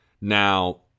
Now